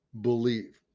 believe